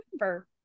remember